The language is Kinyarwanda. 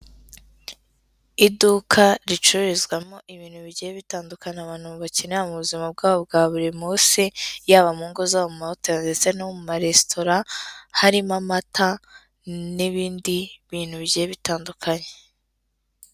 Iduka ricururizwamo ibintu bigiye bitandukana abantu bakeneyera mu buzima bwabo bwa buri munsi, yaba mu ngo zabo, mu mahoteli ndetse no mu maresitora, harimo amata n'ibindi bintu bigiye bitandukanye.